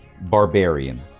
barbarian